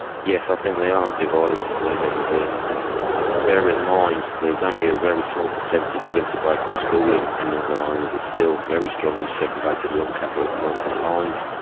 yes, i think they are as divided as they've ever been, and bear in mind there is and a ah very small percentage of integrated schooling in northern ireland, it's still very strongly segregated along catholic protestant lines,